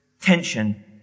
tension